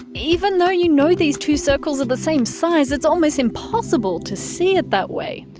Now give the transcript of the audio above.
even though you know these two circles are the same size, it's almost impossible to see it that way.